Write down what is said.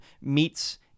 meets